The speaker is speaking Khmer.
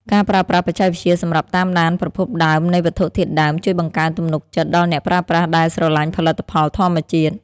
ការប្រើប្រាស់បច្ចេកវិទ្យាសម្រាប់តាមដានប្រភពដើមនៃវត្ថុធាតុដើម ជួយបង្កើនទំនុកចិត្តដល់អ្នកប្រើប្រាស់ដែលស្រឡាញ់ផលិតផលធម្មជាតិ។